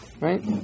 right